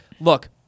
Look